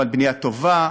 אבל בנייה טובה,